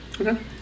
Okay